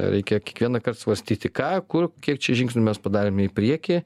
reikia kiekvieną kart svarstyti ką kur kiek čia žingsnių mes padarėme į priekį